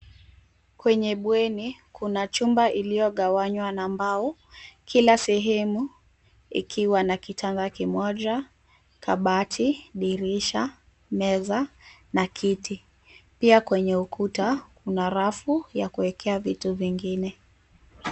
Kwenye bweni , kuna chumba iliyogawanywa na mbao kila sehemu ikiwa na kitanda kimoja, kabati , dirisha, meza na kiti. Pia kwenye ukuta kuna rafu ya kuekea vitu vingine.